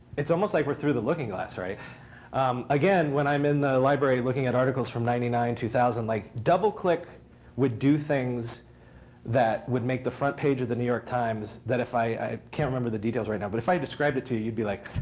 it's almost like we're through the looking glass. um again, when i'm in the library looking at articles from ninety nine, two thousand, like doubleclick would do things that would make the front page of the new york times that if i i can't remember the details right now, but if i describe it to you, you'd be like,